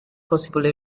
possible